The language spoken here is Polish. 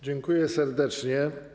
Dziękuję serdecznie.